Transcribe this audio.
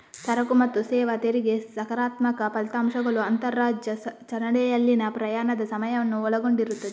ಸರಕು ಮತ್ತು ಸೇವಾ ತೆರಿಗೆ ಸಕಾರಾತ್ಮಕ ಫಲಿತಾಂಶಗಳು ಅಂತರರಾಜ್ಯ ಚಲನೆಯಲ್ಲಿನ ಪ್ರಯಾಣದ ಸಮಯವನ್ನು ಒಳಗೊಂಡಿರುತ್ತದೆ